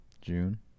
June